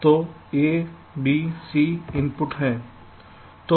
तो ABC input हैं सही